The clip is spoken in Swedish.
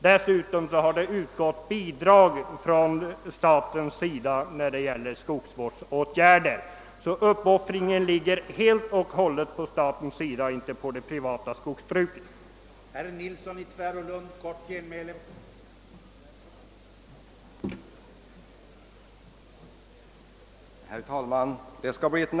Dessutom har det utgått bidrag från staten till skogsvårdsåtgärder. Så »uppoffringen» ligger helt och hållet på statens och inte på det privata skogsbrukets sida.